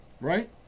Right